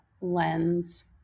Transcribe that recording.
lens